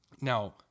Now